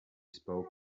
spoke